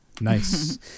Nice